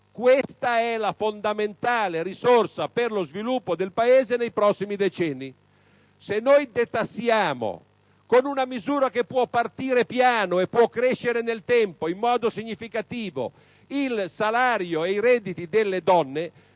Questa è la fondamentale risorsa per lo sviluppo del Paese nei prossimi decenni. Se detassiamo - con una misura che può partire piano e crescere nel tempo in modo significativo - il salario e i redditi delle donne